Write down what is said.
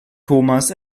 thomas